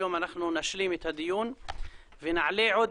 היום אנחנו נשלים את הדיון ונעלה עוד